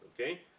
Okay